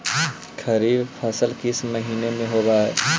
खरिफ फसल किस महीने में होते हैं?